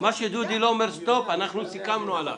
מה שדודי לא אומר "סטופ" סיכמנו עליו,